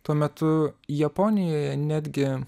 tuo metu japonijoje netgi